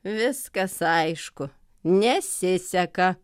viskas aišku nesiseka